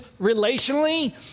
relationally